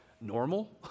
normal